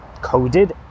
coded